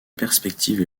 perspective